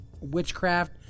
witchcraft